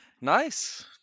nice